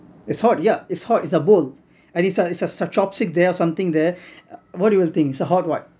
it's hot yeah it's hot it's a bowl and it's a chopstick there or something there what you will think's it's a hot what